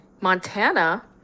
Montana